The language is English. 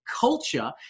culture